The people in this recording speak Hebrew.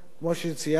כמו שציינתי,